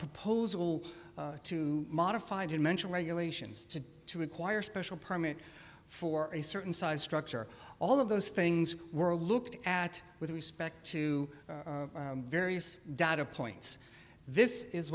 proposal to modify did mention regulations to to require special permit for a certain size structure all of those things were looked at with respect to various data points this is